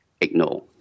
ignore